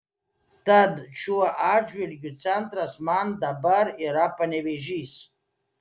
tad šiuo atžvilgiu centras man dabar yra panevėžys